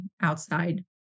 outside